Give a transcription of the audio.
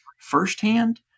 firsthand